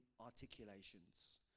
articulations